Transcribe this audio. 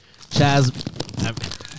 Chaz